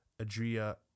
Adria